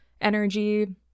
energy